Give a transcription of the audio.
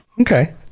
okay